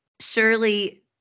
surely